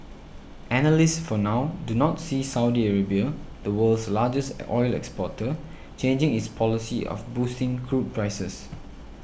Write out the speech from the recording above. analysts for now do not see Saudi Arabia the world's largest oil exporter changing its policy of boosting crude prices